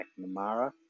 McNamara